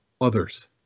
others